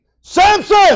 Samson